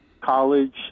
college